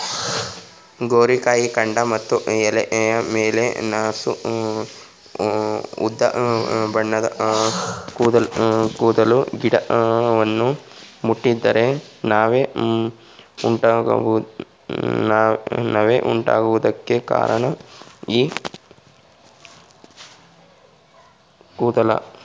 ಗೋರಿಕಾಯಿ ಕಾಂಡ ಮತ್ತು ಎಲೆ ಮೇಲೆ ನಸು ಉದಾಬಣ್ಣದ ಕೂದಲಿವೆ ಗಿಡವನ್ನು ಮುಟ್ಟಿದರೆ ನವೆ ಉಂಟಾಗುವುದಕ್ಕೆ ಕಾರಣ ಈ ಕೂದಲುಗಳು